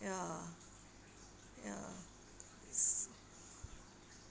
ya ya